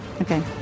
Okay